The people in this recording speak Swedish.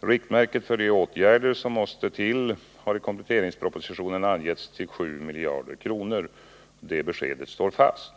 Riktmärket för de åtgärder som måste till har i kompletteringspropositionen angetts till 7 miljarder kronor. Det beskedet står fast.